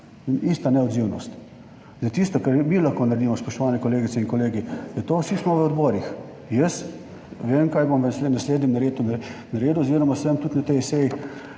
ista neodzivnost. Tisto, kar mi lahko naredimo, spoštovane kolegice in kolegi, je to – vsi smo v odborih. Jaz vem, kaj bom v naslednjem letu naredil oziroma sem tudi na tej seji,